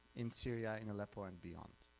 in syria, in aleppo, and beyond.